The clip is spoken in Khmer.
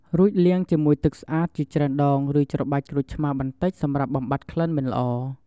រួចលាងជាមួយទឹកស្អាតជាច្រើនដងឬច្របាច់ក្រូចឆ្មាបន្តិចសំរាប់បំបាត់ក្លិនមិនល្អ។